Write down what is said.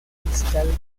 fiscal